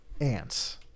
ants